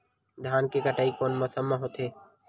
धान के कटाई कोन मौसम मा होथे?